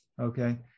okay